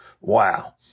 Wow